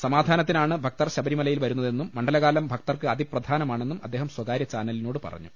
സമാധാനത്തിനാണ് ഭക്തർ ശബരിമലയിൽ വരുന്നതെന്നും മണ്ഡലകാലം ഭക്തർക്ക് അതിപ്ര ധാനമാണെന്നും അദ്ദേഹം സ്വകാര്യ ചാനലിനോട് പറഞ്ഞു